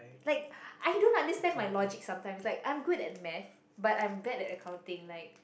like I don't understand my logic sometimes I'm good at maths but I'm bad at accounting like